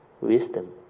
wisdom